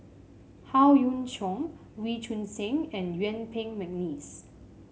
Howe Yoon Chong Wee Choon Seng and Yuen Peng McNeice